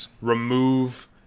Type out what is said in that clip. remove